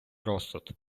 розсуд